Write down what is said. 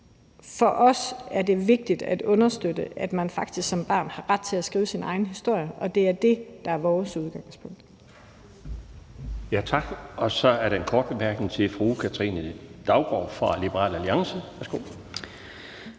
For os er det vigtigt at understøtte, at man faktisk som barn har ret til at skrive sin egen historie, og det er det, der er vores udgangspunkt.